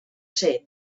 ser